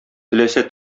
теләсә